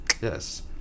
yes